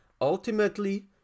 ultimately